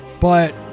But-